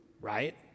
right